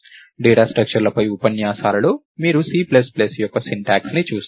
data స్ట్రక్చర్లపై ఉపన్యాసాలలో మీరు సి ప్లస్ ప్లస్ యొక్క సింటాక్స్ని చూస్తారు